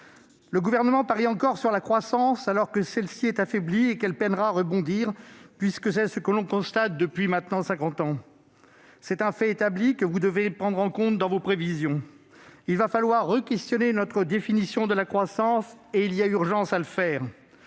Le Gouvernement parie encore sur la croissance alors que celle-ci est affaiblie et qu'elle peinera à rebondir, conformément à ce que l'on constate depuis plus de cinquante ans. C'est un fait établi que vous devez prendre en compte dans vos prévisions. Il va falloir de nouveau questionner notre définition de la croissance : il y a urgence à le faire